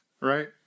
Right